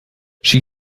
she